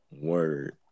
Word